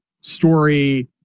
story